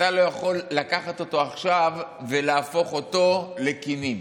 אתה לא יכול לקחת אותו עכשיו ולהפוך אותו לכינים.